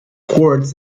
quartz